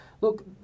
look